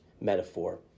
metaphor